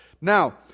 Now